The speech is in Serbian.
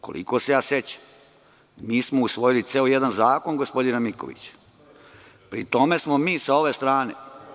Koliko se sećam, usvojili smo ceo jedan zakon gospodina Mikovića, pri tom smo mi sa ove strane…